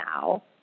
now